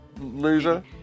loser